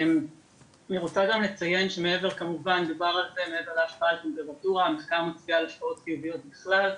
המחקר מצביע על השפעות טבעיות בכלל,